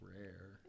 rare